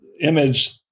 image